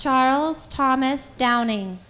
charles thomas downey